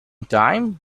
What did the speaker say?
time